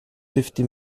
fifty